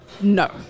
No